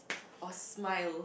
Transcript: or smile